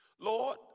Lord